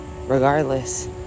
regardless